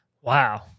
Wow